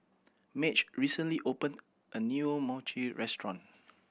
Madge recently opened a new Mochi restaurant